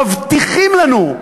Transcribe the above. מבטיחים לנו,